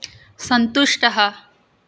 सन्तुष्टः